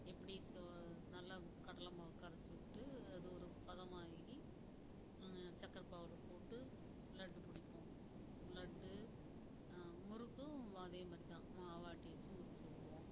எப்படி நல்லா கடலை மாவு கரைச்சி விட்டு அது ஒரு பதமாகி சக்கரை பாகுல போட்டு லட்டு பிடிப்போம் லட்டு முறுக்கும் அதேமாதிரி தான் மாவாட்டி வெச்சு முறுக்கு சுடுவோம்